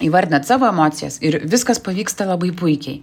įvardinat savo emocijas ir viskas pavyksta labai puikiai